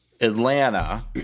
Atlanta